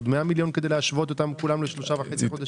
עוד 100 מיליון כדי להשוות אותם כולם לשלושה חודשים וחצי?